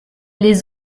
les